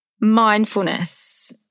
Mindfulness